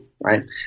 Right